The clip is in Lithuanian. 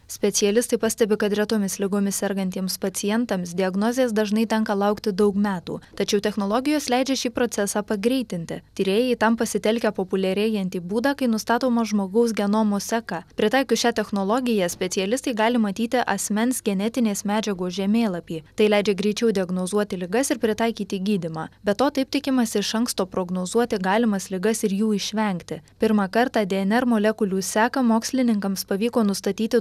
specialistai pastebi kad retomis ligomis sergantiems pacientams diagnozės dažnai tenka laukti daug metų tačiau technologijos leidžia šį procesą pagreitinti tyrėjai tam pasitelkia populiarėjantį būdą kai nustatoma žmogaus genomo seka pritaikius šią technologiją specialistai gali matyti asmens genetinės medžiagos žemėlapį tai leidžia greičiau diagnozuoti ligas ir pritaikyti gydymą be to taip tikimasi iš anksto prognozuoti galimas ligas ir jų išvengti pirmą kartą dnr molekulių seką mokslininkams pavyko nustatyti